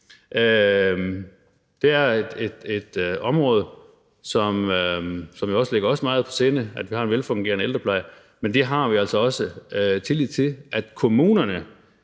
Det er et område, som jo også ligger os meget på sinde: at vi har en velfungerende ældrepleje. Jeg har godt set, at der er enkelte kommuner,